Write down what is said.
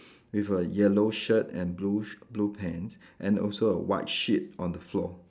with a yellow shirt and blue sh~ blue pants and also a white sheet on the floor